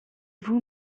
vous